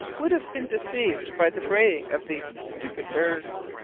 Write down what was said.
would have been deceived by the braying of these stupid birds.